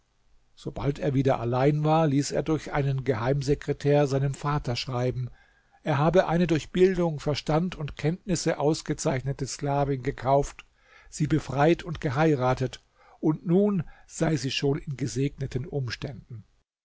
sobald er wieder allein war ließ er durch seinen geheimsekretär seinem vater schreiben er habe eine durch bildung verstand und kenntnisse ausgezeichnete sklavin gekauft sie befreit und geheiratet und nun sei sie schon in gesegneten umständen